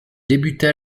débuta